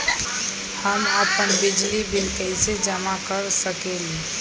हम अपन बिजली बिल कैसे जमा कर सकेली?